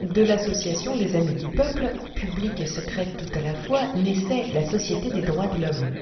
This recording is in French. de l'association des amis du peuple publique et secrète tout à la fois naissait la société des droits de l'homme